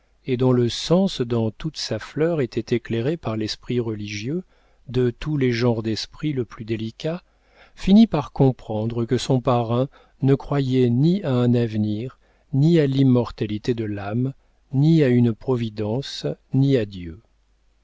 et dont le sens dans toute sa fleur était éclairé par l'esprit religieux de tous les genres d'esprit le plus délicat finit par comprendre que son parrain ne croyait ni à un avenir ni à l'immortalité de l'âme ni à une providence ni à dieu